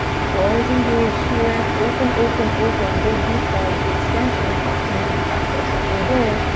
core is engaged here. open, open, open. big beach ball is the expansion. you have to use the breath though so breathe in.